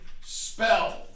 spell